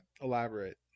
Elaborate